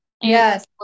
Yes